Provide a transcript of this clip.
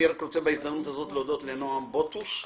אני רוצה בהזדמנות הזו להודות לנועם בוטוש,